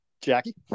jackie